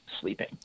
sleeping